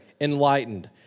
Enlightened